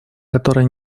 которые